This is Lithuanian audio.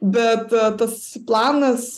bet tas planas